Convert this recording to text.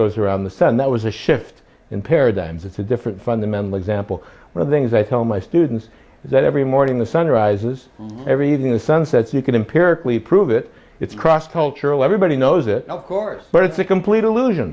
goes around the sun that was a shift in paradigms it's a different fundamental example of things i tell my students that every morning the sun rises every evening the sun sets you can impair clee prove it it's cross cultural everybody knows it of course but it's a complete illusion